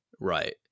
Right